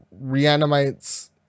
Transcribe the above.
reanimates